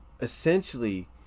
essentially